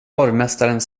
borgmästaren